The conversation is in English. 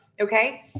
okay